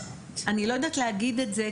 אני לא יודעת להגיד את זה,